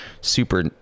super